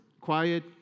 Quiet